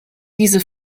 diese